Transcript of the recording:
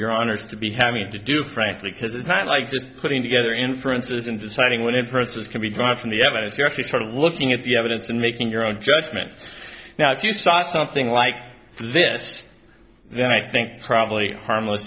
your honor to be having to do frankly because it's not like this putting together inferences and deciding when it persons can be drawn from the evidence you're actually sort of looking at the evidence and making your own judgement now if you saw something like this then i think probably harmless